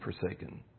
forsaken